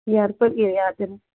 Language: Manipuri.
ꯏꯌꯥꯔꯄꯣꯔꯠ ꯑꯦꯔꯤꯌꯥꯗꯅꯤ